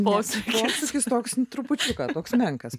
vos prieš tokį sluoksnį trupučiuką toks menkas